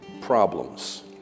problems